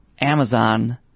Amazon